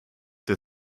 der